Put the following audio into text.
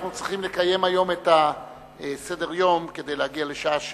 אנחנו צריכים לקיים היום את סדר-היום כדי להגיע לשעה 18:00,